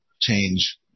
change